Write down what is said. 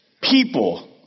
people